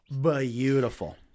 beautiful